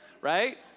right